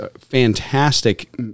fantastic